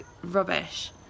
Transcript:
Rubbish